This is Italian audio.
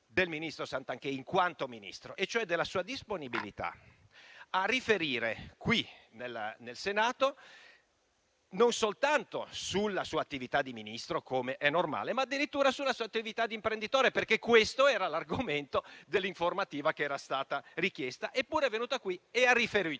del ministro Garnero Santanchè, in quanto Ministro, cioè la sua disponibilità a riferire, qui in Senato, non soltanto sulla sua attività di Ministro, come è normale, ma addirittura sulla sua attività di imprenditore, perché questo era l'argomento dell'informativa che era stata richiesta. Eppure è venuta qui e ha riferito.